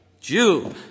Jew